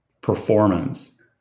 performance